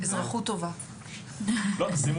יש כאן שני